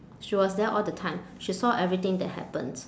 she was there all the time she saw everything that happened